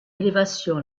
élévation